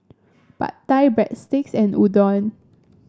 Pad Thai Breadsticks and Udon